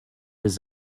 his